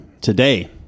Today